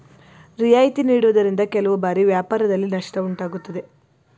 ರಿಯಾಯಿತಿ ನೀಡುವುದರಿಂದ ಕೆಲವು ಬಾರಿ ವ್ಯಾಪಾರದಲ್ಲಿ ನಷ್ಟ ಉಂಟಾಗುತ್ತದೆ